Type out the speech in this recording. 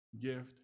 gift